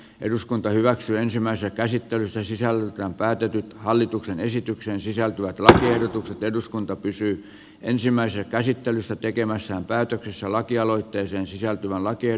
eduskunta hyväksyi ensimmäisen käsittelyn sen sisältö on päätynyt hallituksen esitykseen sisältyvät ehdotukset eduskunta pysyy ensimmäisen käsittelyssä tekemässä päätöksessä lakialoitteeseen sisältyvän lakien